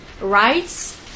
rights